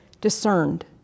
discerned